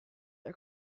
are